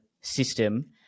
system